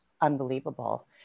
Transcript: unbelievable